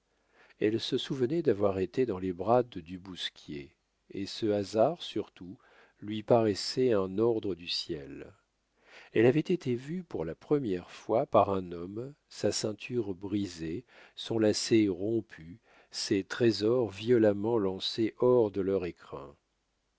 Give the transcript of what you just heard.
elle se souvenait d'avoir été dans les bras de du bousquier et ce hasard surtout lui paraissait un ordre du ciel elle avait été vue pour la première fois par un homme sa ceinture brisée son lacet rompu ses trésors violemment lancés hors de leur écrin